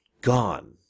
gone